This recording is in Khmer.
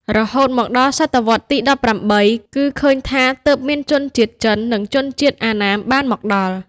រហូតមកដល់ដើមសតវត្សរ៍ទី១៨ គឺឃើញថាទើបមានជនជាតិចិន និងជនជាតិអណ្ណាមបានមកដល់។